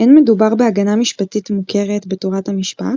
אין מדובר בהגנה משפטית מוכרת בתורת המשפט,